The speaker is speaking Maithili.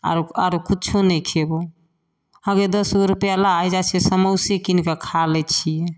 आरो आरो किछो नहि खेबौ हँ गइ दसगो रुपया ला आइ जाइ छियै समोसे कीन कऽ खा लै छियै